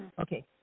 Okay